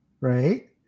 right